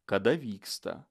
kada vyksta